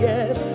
Yes